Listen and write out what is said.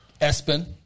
Espen